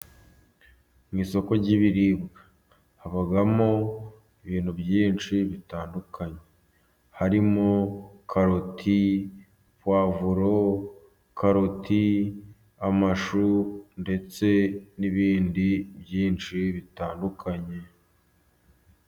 Mu isoko ry'ibiribwa habamo ibintu byinshi bitandukanye, harimo karoti, pavuro, karoti, amashu, ndetse n'ibindi byinshi bitandukanye.